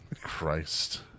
christ